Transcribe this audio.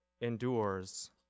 endures